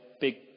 Big